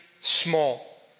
small